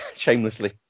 shamelessly